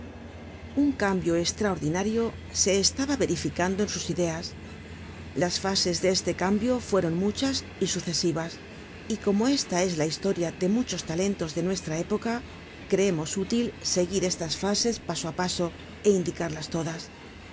un cambio estraordinario se estaba verificando en sus ideas las fases de este cambio fueron muchas y sucesivas y como esta es la historia de muchos talentos de nuestra época creemos útil seguir estas fases paso ápaso é indicarlas todas